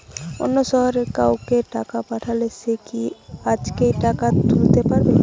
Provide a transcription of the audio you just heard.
অন্য শহরের কাউকে টাকা পাঠালে সে কি আজকেই টাকা তুলতে পারবে?